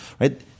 Right